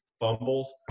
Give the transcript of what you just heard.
fumbles